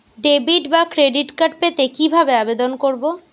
Debit বা credit card পেতে কি ভাবে আবেদন করব?